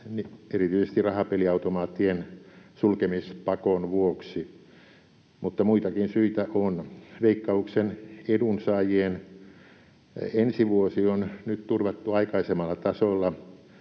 erityisesti rahapeliautomaattien sulkemispakon vuoksi, mutta muitakin syitä on. Veikkauksen edunsaajien ensi vuosi on nyt turvattu aikaisemmalle tasolle,